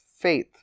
Faith